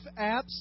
Apps